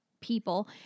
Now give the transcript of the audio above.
people